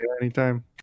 Anytime